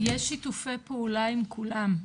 אז יש שיתופי פעולה עם כולם,